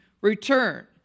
return